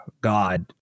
God